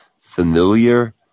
familiar